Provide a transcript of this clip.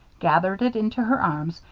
gathered it into her arms,